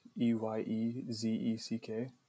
e-y-e-z-e-c-k